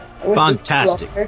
Fantastic